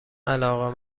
علاقه